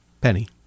Penny